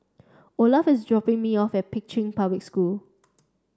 Olaf is dropping me off at Pei Chun Public School